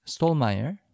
Stolmeyer